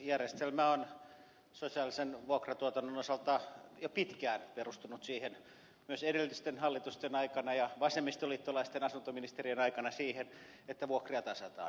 järjestelmä on sosiaalisen vuokratuotannon osalta jo pitkään perustunut myös edellisten hallitusten aikana ja vasemmistoliittolaisten asuntoministerien aikana siihen että vuokria tasataan